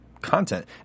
content